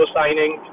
signing